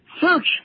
search